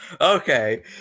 Okay